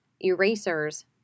erasers